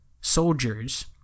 soldiers